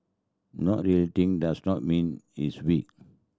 not retaliating does not mean he is weak